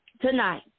Tonight